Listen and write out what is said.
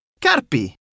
Carpi